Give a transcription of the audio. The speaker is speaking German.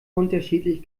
unterschiedlich